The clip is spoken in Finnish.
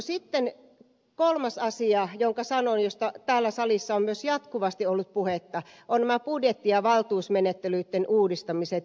sitten kolmas asia jonka sanoin ja josta täällä salissa on myös jatkuvasti ollut puhetta ovat nämä budjetti ja valtuusmenettelyitten uudistamiset